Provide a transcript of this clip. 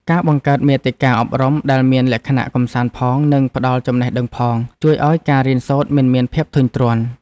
ការបង្កើតមាតិកាអប់រំដែលមានលក្ខណៈកម្សាន្តផងនិងផ្តល់ចំណេះដឹងផង ជួយឱ្យការរៀនសូត្រមិនមានភាពធុញទ្រាន់។